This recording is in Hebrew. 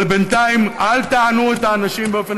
אבל בינתיים אל תענו את האנשים באופן